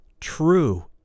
true